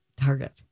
Target